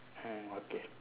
hmm okay